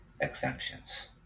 exemptions